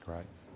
right